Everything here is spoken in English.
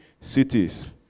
cities